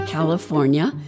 California